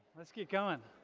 let's keep going.